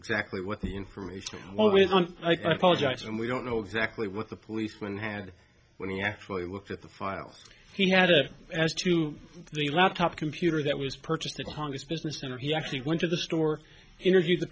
exactly what the information was on politics and we don't know exactly what the policeman had when he actually worked at the file he had it as to the laptop computer that was purchased that congress business and he actually went to the store interviewed the